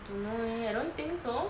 I don't know eh I don't think so